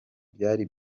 byari